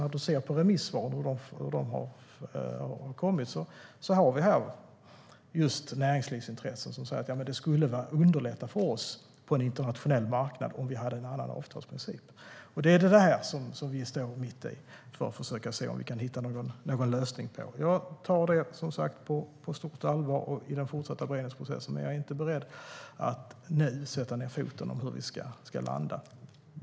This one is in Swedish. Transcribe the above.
När man ser på de remissvar som har kommit ser man att det just är näringslivsintressen som säger: Det skulle underlätta för oss på en internationell marknad om vi hade en annan avtalsprincip. Det är det där som vi står mitt i för att försöka se om vi kan hitta någon lösning på. Jag tar som sagt detta på stort allvar i den fortsatta beredningsprocessen, men jag är inte beredd att nu sätta ned foten när det gäller hur vi ska landa.